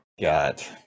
got